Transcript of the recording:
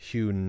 Hugh